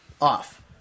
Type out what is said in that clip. off